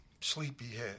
Sleepyhead